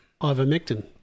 Ivermectin